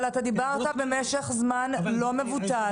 אבל אתה דיברת במשך זמן לא מבוטל.